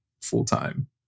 full-time